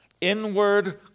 inward